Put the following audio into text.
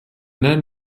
nennen